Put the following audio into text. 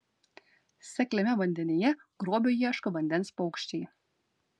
sekliame vandenyje grobio ieško vandens paukščiai